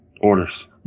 orders